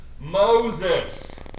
Moses